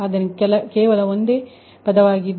ಆದ್ದರಿಂದ ಕೇವಲ ಒಂದೇ ಪದವಾಗಿದೆ